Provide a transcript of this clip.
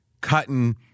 cutting